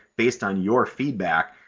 based on your feedback,